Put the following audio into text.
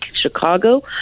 Chicago